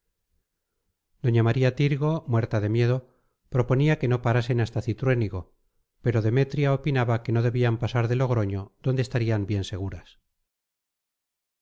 doña maría tirgo muerta de miedo proponía que no parasen hasta cintruénigo pero demetria opinaba que no debían pasar de logroño donde estarían bien seguras